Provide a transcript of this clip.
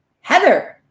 heather